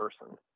person